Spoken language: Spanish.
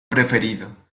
preferido